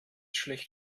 schlecht